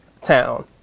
town